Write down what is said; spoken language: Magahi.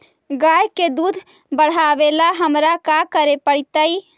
गाय के दुध बढ़ावेला हमरा का करे पड़तई?